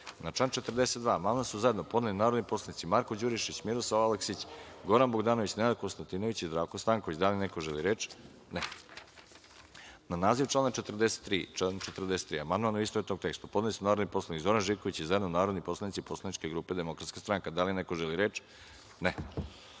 član 42. amandman su zajedno podneli narodni poslanici Marko Đurišić, Miroslav Aleksić, Goran Bogdanović, Nenad Konstantinović i Zdravko Stanković. Da li neko želi reč? (Ne)Na naziv člana 43. i član 43. amandman, u istovetnom tekstu, podneli su narodni poslanik Zoran Živković, i zajedno narodni poslanici Poslaničke grupe DS.Da li neko želi reč?